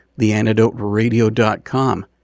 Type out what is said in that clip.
theantidoteradio.com